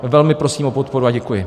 Velmi prosím o podporu a děkuji.